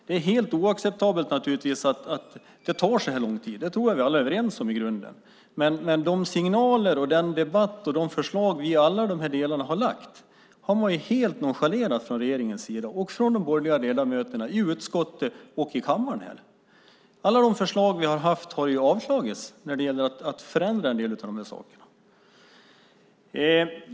Det är naturligtvis helt oacceptabelt att det tar så här lång tid. Det tror jag att vi alla i grunden är överens om. Men de signaler, den debatt och de förslag som vi i alla de här delarna har lagt fram har man från regeringens sida helt nonchalerat liksom från de borgerliga ledamöterna i utskottet och i kammaren. Alla de förslag vi har fört fram när det gällt att förändra en del av de här sakerna har ju avslagits.